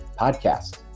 podcast